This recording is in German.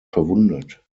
verwundet